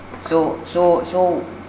so so so